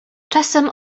czasem